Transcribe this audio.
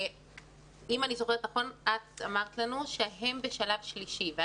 אם אני זוכרת נכון את אמרת לנו שהם בשלב שלישי.